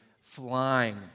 flying